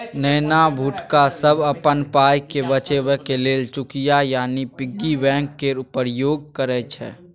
नेना भुटका सब अपन पाइकेँ बचेबाक लेल चुकिया यानी पिग्गी बैंक केर प्रयोग करय छै